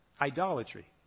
idolatry